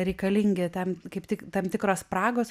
reikalingi tam kaip tik tam tikros spragos